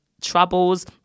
troubles